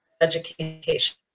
education